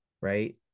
right